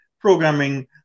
programming